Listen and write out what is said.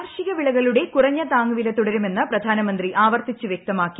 കാർഷിക വിളകളുടെ കുറഞ്ഞ താങ്ങുവില തുടരുമെന്ന് പ്രധാനമന്ത്രി ആവർത്തിച്ചു വൃക്തമാക്കി